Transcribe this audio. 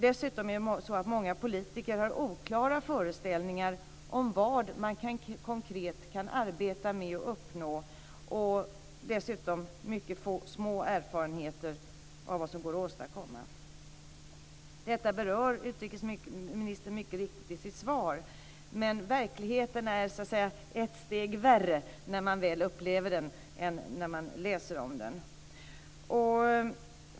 Dessutom har många politiker oklara föreställningar om vad man konkret kan arbeta med och uppnå och dessutom mycket små erfarenheter av vad som går att åstadkomma. Detta berör utrikesministern mycket riktigt i sitt svar, men verkligheten är ett steg värre när man väl upplever den än när man läser om den.